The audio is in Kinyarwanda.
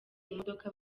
imodoka